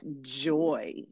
joy